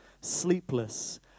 sleepless